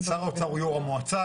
שר האוצר הוא יו"ר המועצה,